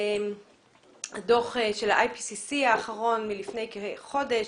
הדוח של ה-IPPC האחרון מלפני כחודש